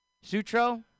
Sutro